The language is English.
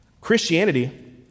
Christianity